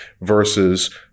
versus